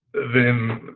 then